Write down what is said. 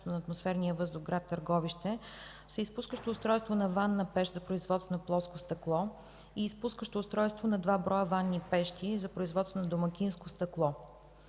на атмосферния въздух в гр. Търговище, са изпускащо устройство на ванна пещ за производство на плоско стъкло и изпускащо устройство на 2 броя ванни пещи за производство на домакинско стъкло.